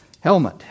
helmet